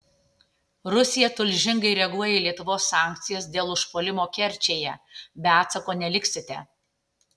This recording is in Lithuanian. rusija tulžingai reaguoja į lietuvos sankcijas dėl užpuolimo kerčėje be atsako neliksite